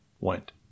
went